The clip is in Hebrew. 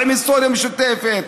עם היסטוריה משותפת,